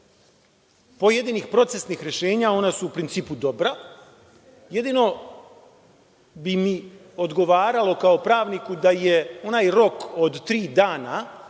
pojedinih procesnih rešenja, ona su u principu dobra, jedino bi mi odgovaralo kao pravniku da je onaj rok od tri dana